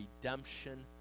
redemption